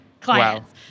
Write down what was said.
clients